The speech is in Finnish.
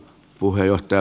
puheenjohtaja